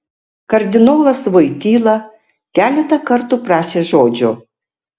kardinolas voityla keletą kartų prašė žodžio